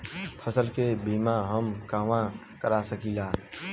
फसल के बिमा हम कहवा करा सकीला?